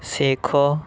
دیکھو